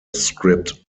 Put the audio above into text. script